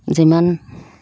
যিমান